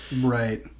Right